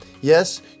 Yes